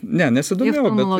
ne nesudomėjau bet